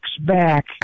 back